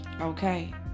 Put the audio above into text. Okay